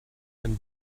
and